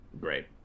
Great